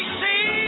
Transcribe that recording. see